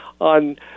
on